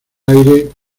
aire